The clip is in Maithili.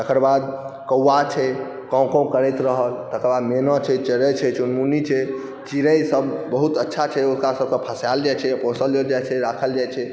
तकर बाद कौआ छै काँव काँव करैत रहल तकर बाद मैना छै चिड़ै छै चुनमुनी छै चिड़ैसब बहुत अच्छा छै ओकरासबके फसाओल जाइ छै पोसल जाइ छै राखल जाइ छै